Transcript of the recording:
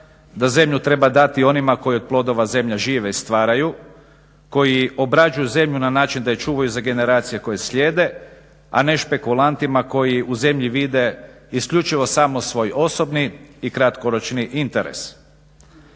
da zemlju treba dati onima koji od plodova zemlje žive i stvaraju, koji obrađuju zemlju na način da je čuvaju za generacije koje slijede a ne špekulantima koji u zemlji vide isključivo samo svoj osobni i kratkoročni interes.